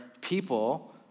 people